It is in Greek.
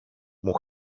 μου